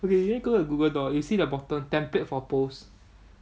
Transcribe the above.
okay you need to go to google docs you see the bottom template for posts